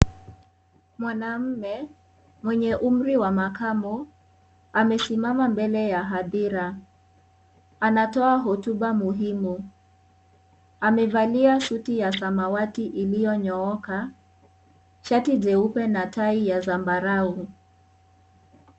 Mwanamme mwenye umrinwa makamo amesimama mbele ya hadhira, anatoa hotuba muhimu , amevalia suti ya samawati iliyonyooka. Shati jeupe na tai ya zambarao.